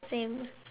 same